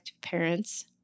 parents